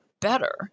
better